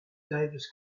davis